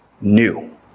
new